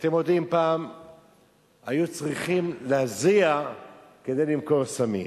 אתם יודעים, פעם היו צריכים להזיע כדי למכור סמים.